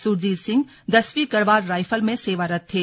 सुरजीत सिंह दसवीं गढ़वाल राइफल में सेवारत थे